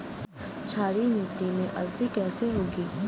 क्षारीय मिट्टी में अलसी कैसे होगी?